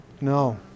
No